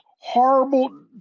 horrible